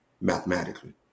mathematically